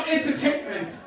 Entertainment